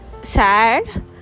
sad